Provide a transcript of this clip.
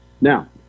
Now